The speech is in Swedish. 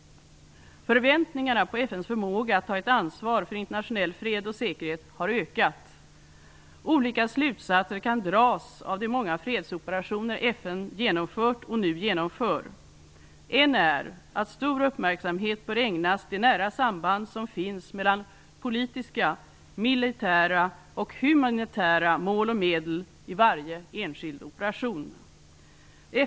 Förväntningarna på FN:s förmåga att ta ett ansvar för internationell fred och säkerhet har ökat. Olika slutsatser kan dras av de många fredsoperationer FN genomfört och nu genomför. En är att stor uppmärksamhet bör ägnas det nära samband som finns mellan politiska, militära och humanitära mål och medel i varje enskild operation.